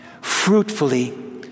fruitfully